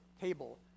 table